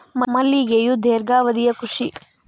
ಮಲ್ಲಿಗೆಯು ದೇರ್ಘಾವಧಿಯ ಕೃಷಿ